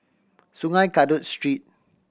Sungei Kadut Street